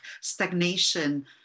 stagnation